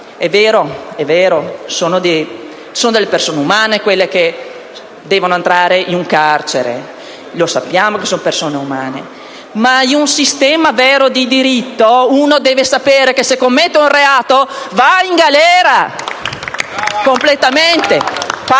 È vero, sono degli esseri umani quelli che devono entrare in carcere. Lo sappiamo che sono esseri umani, ma in un sistema vero di diritto, uno deve sapere che se commette un reato va in galera e paga.